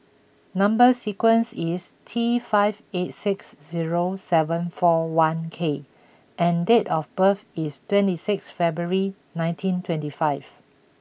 number sequence is T five eight six zero seven four one K and date of birth is twenty six February nineteen twenty five